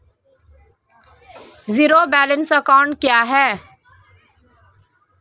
Zero balance account क्या है?